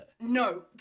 No